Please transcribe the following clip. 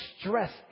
stress